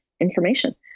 information